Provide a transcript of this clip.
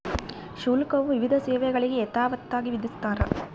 ಶುಲ್ಕವು ವಿವಿಧ ಸೇವೆಗಳಿಗೆ ಯಥಾವತ್ತಾಗಿ ವಿಧಿಸ್ತಾರ